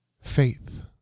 Faith